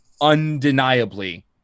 undeniably